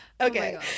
Okay